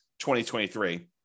2023